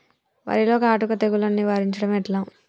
వరిలో కాటుక తెగుళ్లను నివారించడం ఎట్లా?